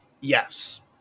yes